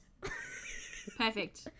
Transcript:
Perfect